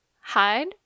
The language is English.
hide